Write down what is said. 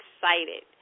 excited